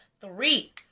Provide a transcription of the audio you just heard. Three